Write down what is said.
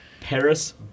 Paris